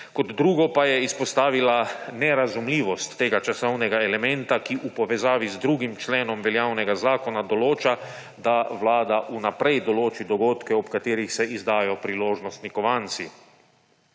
Kot drugo pa je izpostavila nerazumljivost tega časovnega elementa, ki v povezavi z 2. členom veljavnega zakona določa, da Vlada vnaprej določi dogodke, ob katerih se izdajo priložnostni kovanci.